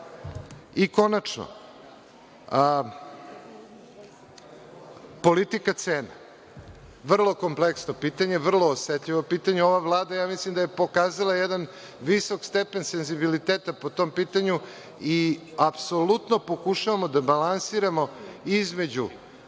i kvaliteta. Konačno, politika cena, vrlo kompleksno pitanje, vrlo osetljivo pitanje. Ova Vlada, mislim da je pokazala jedan visok stepen senzibiliteta po tom pitanju i apsolutno pokušavamo da balansiramo između